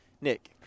Nick